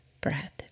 breath